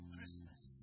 Christmas